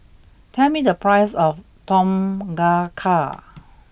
tell me the price of Tom Kha Car